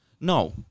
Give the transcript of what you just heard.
No